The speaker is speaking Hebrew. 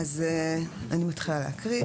אני מתחילה להקריא.